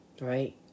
Right